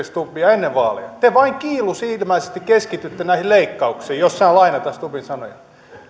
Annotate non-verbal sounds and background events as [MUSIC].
[UNINTELLIGIBLE] stubbia ennen vaaleja te vain kiilusilmäisesti keskitytte näihin leikkauksiin jos saan lainata stubbin sanoja